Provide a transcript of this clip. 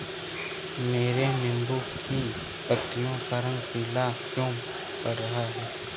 मेरे नींबू की पत्तियों का रंग पीला क्यो पड़ रहा है?